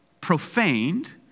profaned